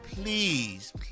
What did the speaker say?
please